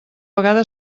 vegada